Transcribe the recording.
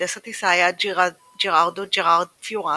ומהנדס הטיסה היה ג'יררדו "ג'רארד" פיורה,